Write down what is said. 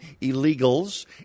illegals